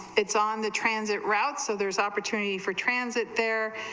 it's on the transit routes so there's opportunity for transit there,